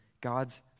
God's